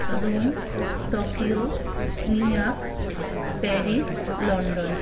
Rome Tokyo New York Paris London